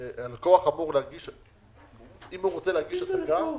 הלקוח רוצה להגיש הסגה,